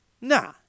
Nah